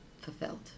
fulfilled